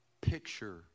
picture